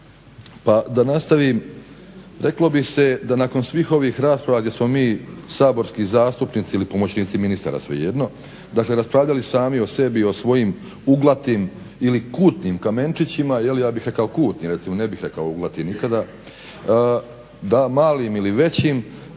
pa da nastavim. Reklo bi se da nakon svih ovih rasprava gdje smo mi saborski zastupnici ili pomoćnici ministara svejedno dakle raspravljali sami o sebi o svojim uglatim ili kutnim kamenčićima, jeli ja bih reka kutnim ne bih rekao uglatim nikada, da malim ili većim